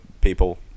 people